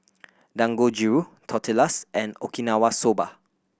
Dangojiru Tortillas and Okinawa Soba